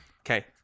Okay